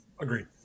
Agreed